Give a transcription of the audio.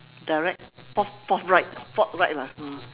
direct forth~ forthright forthright lah mm